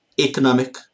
economic